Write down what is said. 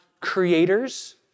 creators